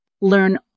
Learn